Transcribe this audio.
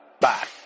back